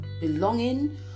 belonging